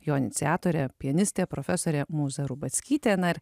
jo iniciatorė pianistė profesorė mūza rubackytė na ir